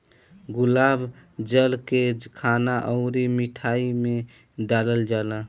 गुलाब जल के खाना अउरी मिठाई में डालल जाला